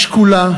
שקולה,